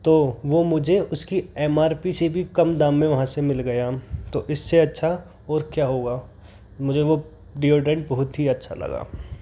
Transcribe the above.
तो वो मुझे उसकी एमआरपी से भी कम दाम मे वहाँ से मिल गया तो इससे अच्छा और क्या हुआ मुझे वो डिओडोरेंट बोहत ही अच्छा लगा